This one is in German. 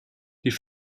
die